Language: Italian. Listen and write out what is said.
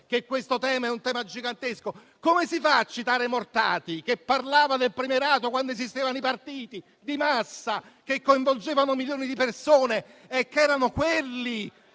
che questo è un tema gigantesco? Come si fa a citare Mortati, che parlava del premierato quando esistevano i partiti di massa, che coinvolgevano milioni di persone e che erano loro